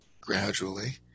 gradually